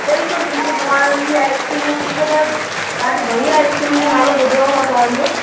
बिल्कुलु बिल्कुलु तव्हां जी आइस्क्रीमुनि खे त ॾाढी बढ़िया आइस्क्रीम जो नालो ॿुधो आहे मां तव्हांजो